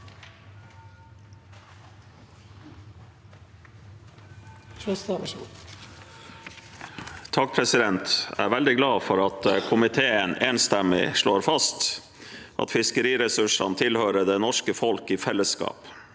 (A) Jeg er veldig glad for at komiteen enstemmig slår fast at fiskeriressursene tilhører det norske folket i fellesskap.